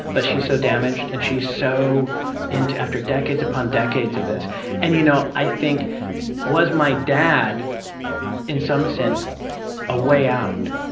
but she's so damaged and she so into after decades upon decades of this and you know, i think was my dad in some sense a way out?